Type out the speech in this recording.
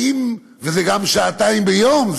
וזה גם שעתיים ביום,